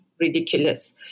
ridiculous